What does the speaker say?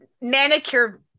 manicure